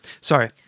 Sorry